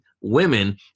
women